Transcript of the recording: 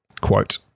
Quote